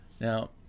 Now